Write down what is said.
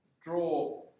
draw